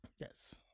Yes